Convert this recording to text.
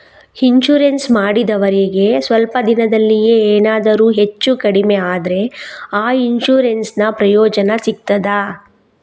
Insurance ಮಾಡಿದವರಿಗೆ ಸ್ವಲ್ಪ ದಿನದಲ್ಲಿಯೇ ಎನಾದರೂ ಹೆಚ್ಚು ಕಡಿಮೆ ಆದ್ರೆ ಆ ಇನ್ಸೂರೆನ್ಸ್ ನ ಪ್ರಯೋಜನ ಸಿಗ್ತದ?